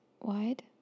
wide